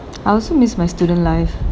I also miss my student life